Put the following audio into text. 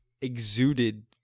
exuded